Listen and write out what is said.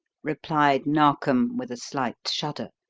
replied narkom, with a slight shudder.